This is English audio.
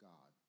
God